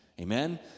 Amen